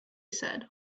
said